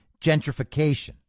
gentrification